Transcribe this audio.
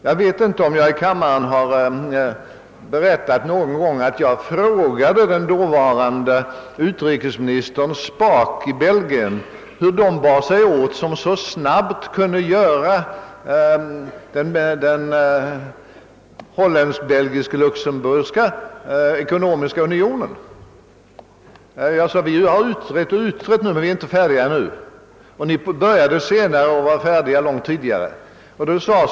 Jag vet inte om jag i kammaren någon gång har berättat att jag frågade dåvarande utrikesminister Spaak i Belgien hur de bar sig åt för att så snabbt få till stånd den holländsk-belgisk-luxemburgska ekonomiska unionen. Jag sade att vi i Norden utrett och utrett, men inte var färdiga för handling och att de började senare, men var färdiga långt tidigare.